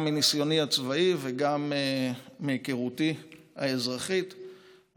גם מניסיוני הצבאי וגם מהיכרותי האזרחית אני